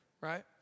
right